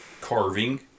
carving